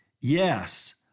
Yes